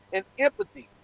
and empathy,